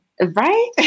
Right